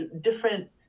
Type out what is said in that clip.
different